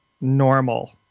normal